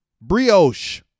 brioche